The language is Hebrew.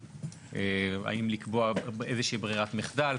האם לקבוע איזושהי בררת מחדל?